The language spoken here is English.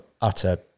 utter